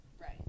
right